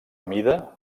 mida